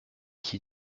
qui